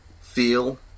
feel